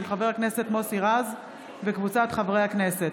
של חבר הכנסת מוסי רז וקבוצת חברי הכנסת,